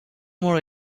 more